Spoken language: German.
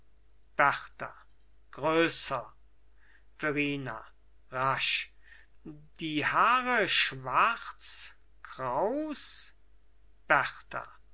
berta größer verrina rasch die haare schwarz kraus berta